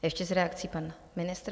Ještě s reakcí pan ministr.